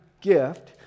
gift